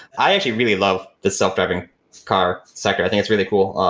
i actually really love the self-driving car sector. i think it's really cool.